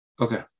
Okay